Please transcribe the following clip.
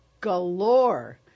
galore